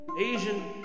Asian